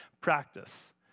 practice